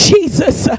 Jesus